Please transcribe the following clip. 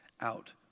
out